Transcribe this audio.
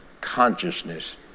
consciousness